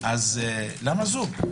אז למה זום?